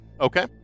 Okay